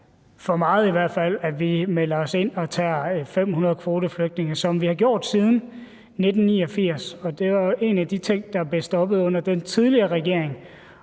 for meget, at vi melder os ind og tager 500 kvoteflygtninge, som vi har gjort siden 1989. Det var en af de ting, der blev stoppet under den tidligere regering,